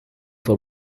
for